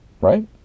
right